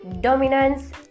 dominance